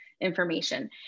information